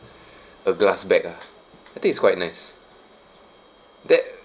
a glass back lah I think it's quite nice that